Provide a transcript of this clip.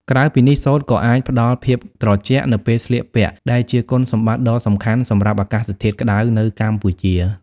ក្រៅពីនេះ សូត្រក៏អាច ផ្តល់ភាពត្រជាក់ នៅពេលស្លៀកពាក់ ដែលជាគុណសម្បត្តិដ៏សំខាន់សម្រាប់អាកាសធាតុក្តៅនៅកម្ពុជា។